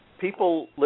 people